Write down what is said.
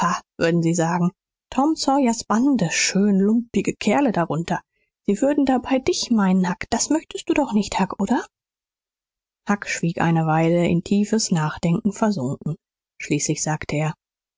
würden sie sagen tom sawyers bande schön lump'ge kerle darunter sie würden dabei dich meinen huck das möchtst du doch nicht huck oder huck schwieg eine weile in tiefes nachdenken versunken schließlich sagte er